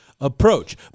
approach